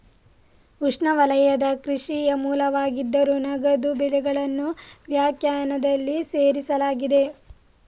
ಉಷ್ಣವಲಯದ ಕೃಷಿಯ ಮೂಲವಾಗಿದ್ದರೂ, ನಗದು ಬೆಳೆಗಳನ್ನು ವ್ಯಾಖ್ಯಾನದಲ್ಲಿ ಸೇರಿಸಲಾಗಿದೆ